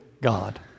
God